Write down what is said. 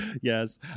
Yes